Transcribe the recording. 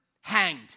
hanged